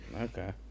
Okay